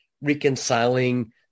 reconciling